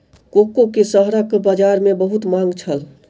cocoa के शहरक बजार में बहुत मांग छल